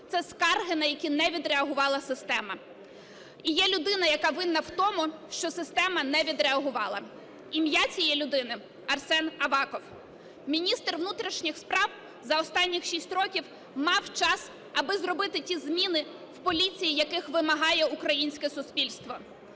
Це скарги, на які не відреагувала система. І є людина, яка винна в тому, що система не відреагувала. Ім'я цієї людини – Арсен Аваков. Міністр внутрішніх справ за останні 6 років мав час, аби зробити ті зміни в поліції, яких вимагає українське суспільство.